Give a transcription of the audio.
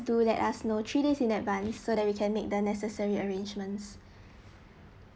do let us know three days in advance so that we can make the necessary arrangements